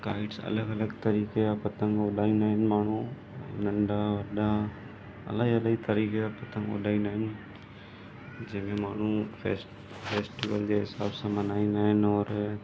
kites अलॻि अलॻि तरीक़े जा पतंग उॾाईंदा आहिनि माण्हू नंढा वॾा इलाही इलाही तरीक़े जा पतंग उॾाईंदा आहिनि जंहिंमें माण्हू फैस्ट फैस्टीवल जे हिसाब सां मल्हाईंदा आहिनि और